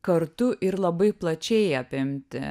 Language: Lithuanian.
kartu ir labai plačiai apimti